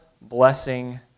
blessing